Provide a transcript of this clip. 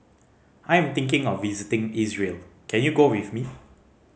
I am thinking of visiting Israel can you go with me